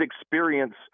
experience